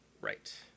Right